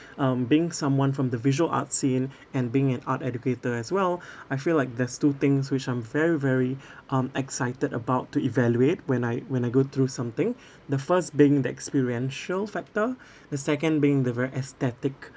um being someone from the visual art scene and being an art educator as well I feel like there's two things which I'm very very um excited about to evaluate when I when I go through something the first being that experiential factor the second being the very aesthetic